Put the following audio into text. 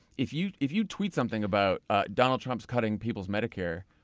if you if you tweet something about ah donald trump's cutting people's medicare,